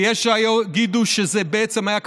ויש שיגידו שזה בעצם היה בז'